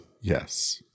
Yes